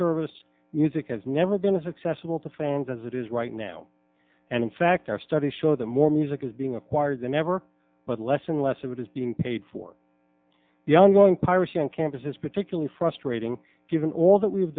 service music has never been a successful to fans as it is right now and in fact our studies show that more music is being acquired than ever but less and less of it is being paid for the ongoing piracy on campuses particularly frustrating given all that we've